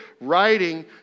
writing